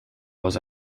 was